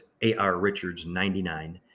arrichards99